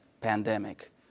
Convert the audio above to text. pandemic